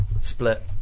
Split